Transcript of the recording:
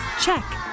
Check